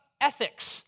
ethics